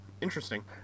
interesting